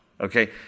Okay